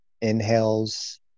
inhales